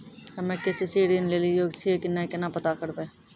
हम्मे के.सी.सी ऋण लेली योग्य छियै की नैय केना पता करबै?